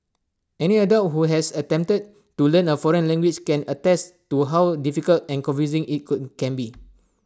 any adult who has attempted to learn A foreign language can attest to how difficult and confusing IT could can be